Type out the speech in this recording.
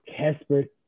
Kesper